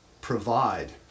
provide